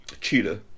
Cheetah